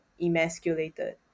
emasculated